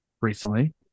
recently